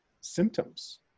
symptoms